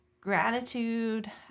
gratitude